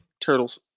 Turtles